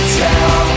tell